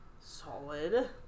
solid